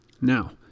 Now